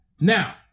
Now